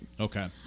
Okay